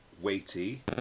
weighty